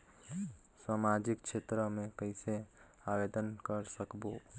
समाजिक क्षेत्र मे कइसे आवेदन कर सकबो?